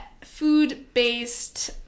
food-based